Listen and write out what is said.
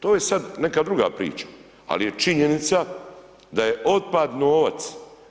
To je sad neka druga priča, ali je činjenica da je otpad novac.